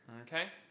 Okay